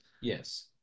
Yes